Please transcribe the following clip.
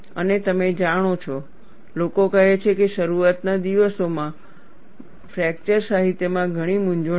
અને તમે જાણો છો લોકો કહે છે કે શરૂઆતના દિવસોમાં ફ્રેકચર સાહિત્યમાં ઘણી મૂંઝવણો હતી